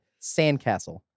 Sandcastle